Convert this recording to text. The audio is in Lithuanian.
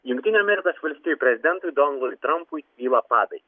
jungtinių amerikos valstijų prezidentui donaldui trampui svyla padai